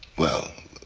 well,